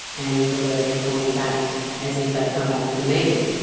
and the lawyer then calling back as if they'd come back from the meeting.